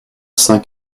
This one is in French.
cinq